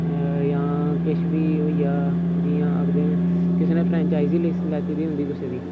जां किश बी होई गेआ जियां आखने न किसै न फ्रैंचाइज लिस्ट लैती दी होंदी कुसै दी